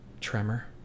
Tremor